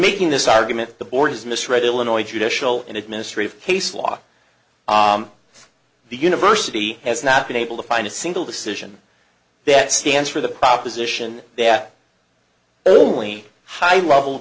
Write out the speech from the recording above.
making this argument the board is misread illinois judicial and administrative case law the university has not been able to find a single decision that stands for the proposition that only high level